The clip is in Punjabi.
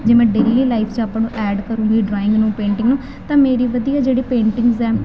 ਜੇ ਮੈਂ ਡੇਲੀ ਲਾਈਫ 'ਚ ਆਪਾਂ ਨੂੰ ਐਡ ਕਰੂੰਗੀ ਡਰਾਇੰਗ ਨੂੰ ਪੇਟਿੰਗ ਨੂੰ ਤਾਂ ਮੇਰੀ ਵਧੀਆ ਜਿਹੜੀ ਪੇਂਟਿੰਗਸ ਹੈ